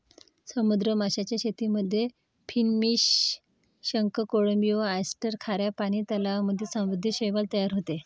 समुद्री माशांच्या शेतीमध्ये फिनफिश, शंख, कोळंबी व ऑयस्टर, खाऱ्या पानी तलावांमध्ये समुद्री शैवाल तयार होते